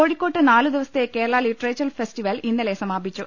കോഴിക്കോട്ട് നാലുദിവസത്തെ Kerala literature festival ഇന്നലെ സമാപിച്ചു